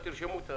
תרשמו.